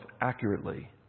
accurately